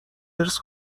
ارث